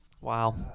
Wow